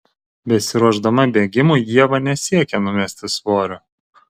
besiruošdama bėgimui ieva nesiekia numesti svorio